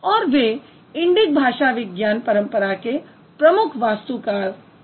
और वे इंडिक भाषा विज्ञान परंपरा के प्रमुख वास्तुकार हैं